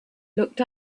looked